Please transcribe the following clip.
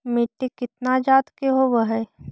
मिट्टी कितना जात के होब हय?